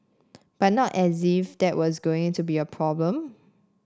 but not as if that was going to be a problem